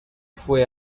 fue